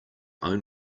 own